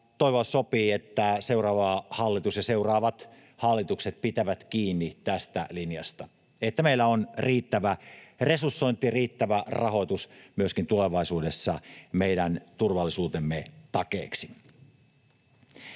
Toivoa sopii, että seuraava hallitus ja seuraavat hallitukset pitävät kiinni tästä linjasta, että meillä on riittävä resursointi, riittävä rahoitus myöskin tulevaisuudessa meidän turvallisuutemme takeeksi.